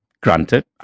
granted